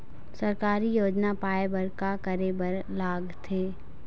सरकारी योजना पाए बर का करे बर लागथे?